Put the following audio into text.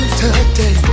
today